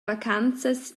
vacanzas